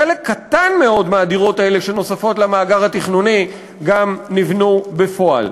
חלק קטן מאוד מהדירות האלה שנוספות למאגר התכנוני גם נבנו בפועל.